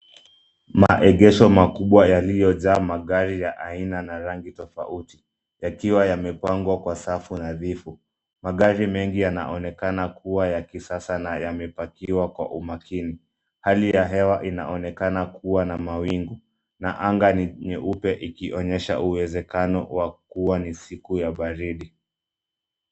Maegesho makubwa yaliyojaa magari ya aina na rangi tofauti yakiwa yamepangwa kwa safu nadhifu. Magari mengi yanaonekana kuwa ya kisasa na yamepakiwa kwa umakini. Hali ya hewa inaonekana kuwa na mawingu na anga ni nyeupe ikionyesha uwezekano wa kuwa ni siku ya baridi.